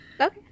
Okay